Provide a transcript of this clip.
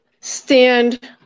stand